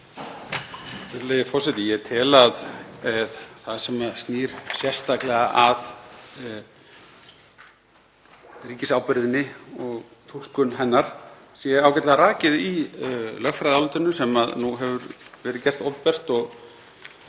Ég tel að það sem snýr sérstaklega að ríkisábyrgðinni og túlkun hennar sé ágætlega rakið í lögfræðiálitinu sem nú hefur verið gert opinbert og